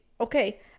Okay